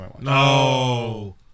No